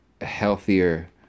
healthier